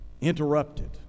interrupted